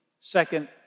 second